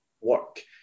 work